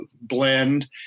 blend